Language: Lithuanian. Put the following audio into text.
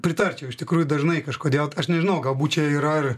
pritarčiau iš tikrųjų dažnai kažkodėl tai aš nežinau galbūt čia ir yra ar